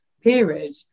period